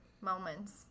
moments